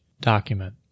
document